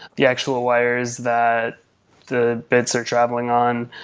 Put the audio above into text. the actual wires that the bits are traveling on.